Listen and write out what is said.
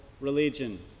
religion